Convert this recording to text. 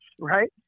right